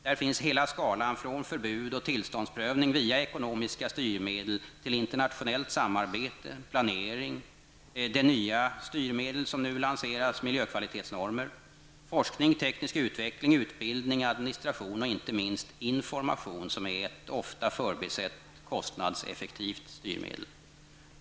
Där finns hela skalan från förbud och tillståndsprövning via ekonomiska styrmedel till internationellt samarbete, planering, det nya styrmedel som nu lanseras -- miljökvalitens normer -- forskning, teknisk utveckling, utbildning, administrativa och inte minst information som är ett ofta förbisett, konstnadseffektivt styrmedel.